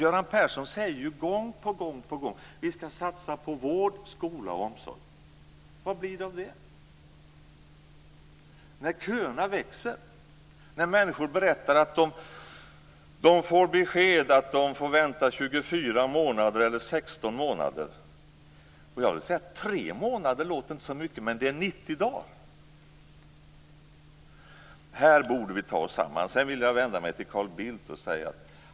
Göran Persson säger gång på gång: Vi skall satsa på vård, skola och omsorg. Vad blir det av det? Köerna växer, och människor berättar att de får besked att de får vänta 24 månader eller 16 månader. Tre månader låter inte så mycket, men det är 90 dagar! Här borde vi ta oss samman. Sedan vill jag vända mig till Carl Bildt.